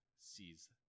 sees